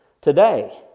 today